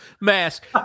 mask